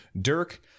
Dirk